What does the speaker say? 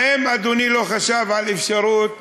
האם אדוני לא חשב על אפשרות